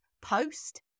Post